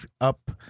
up